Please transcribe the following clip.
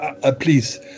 please